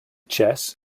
chess